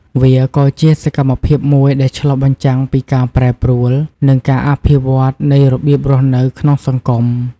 វាក៏ជាសកម្មភាពមួយដែលឆ្លុះបញ្ចាំងពីការប្រែប្រួល និងការអភិវឌ្ឍនៃរបៀបរស់នៅក្នុងសង្គម។